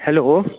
hello